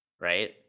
right